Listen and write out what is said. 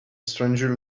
stranger